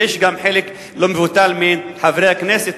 ויש גם חלק לא מבוטל מחברי הכנסת,